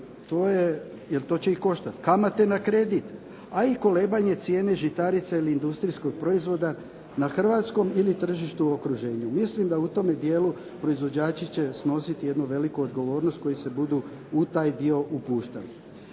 to će ih koštati, kamate na kredit a i kolebanje cijene žitarica ili industrijskog proizvoda na hrvatskom ili tržištu u okruženju. Mislim da u tome dijelu proizvođači će snositi jednu veliku odgovornost koji se budu u taj dio upuštali.